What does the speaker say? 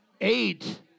eight